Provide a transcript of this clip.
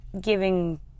giving